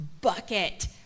bucket